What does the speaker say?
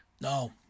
No